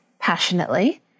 passionately